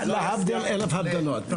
להבדיל אלף הבדלות.